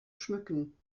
schmücken